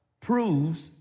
proves